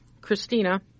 Christina